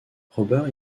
robert